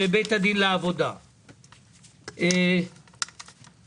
ואם אנחנו מביאים ראייה מאדם שהוא קיבל נכות,